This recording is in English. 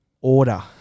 Order